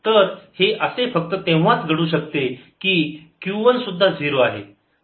तर हे असे फक्त तेव्हाच घडू शकते की Q1 सुद्धा 0 आहे